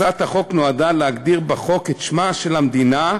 הצעת החוק נועדה להגדיר בחוק את שמה של המדינה,